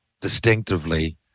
distinctively